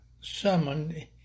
summoned